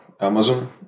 Amazon